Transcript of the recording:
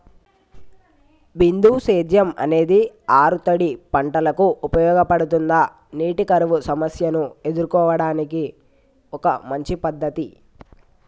బిందు సేద్యం అనేది ఆరుతడి పంటలకు ఉపయోగపడుతుందా నీటి కరువు సమస్యను ఎదుర్కోవడానికి ఒక మంచి పద్ధతి?